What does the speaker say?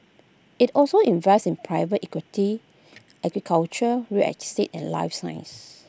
IT also invests in private equity agriculture real etic sit and life science